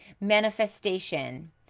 Manifestation